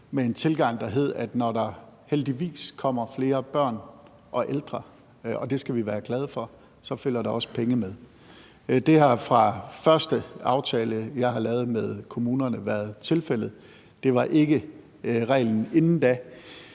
med en tilgang, der hed, at når der heldigvis kommer flere børn og ældre, hvilket vi skal være glade for, så følger der også penge med. Det har fra den første aftale, jeg har lavet med kommunerne, været tilfældet. Det var ikke reglen inden da.